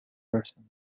person